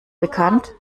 bekannt